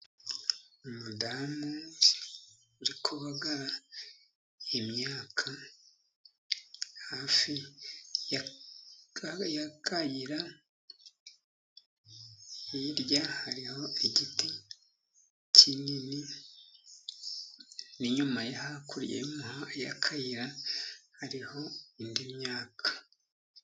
Umudamu uri kubagara imyaka hafi y'akayira. Hirya hariho igiti kinini, n'inyuma ye hakurya y'akayira, hariho indi myaka.